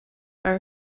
are